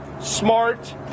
smart